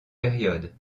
période